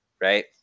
right